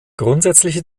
grundsätzliche